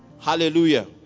Hallelujah